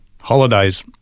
holidays